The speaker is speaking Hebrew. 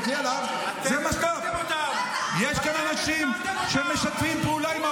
אני אומר לכם, אני רואה את